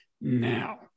now